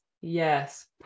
Yes